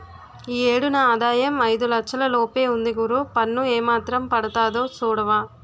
ఈ ఏడు నా ఆదాయం ఐదు లచ్చల లోపే ఉంది గురూ పన్ను ఏమాత్రం పడతాదో సూడవా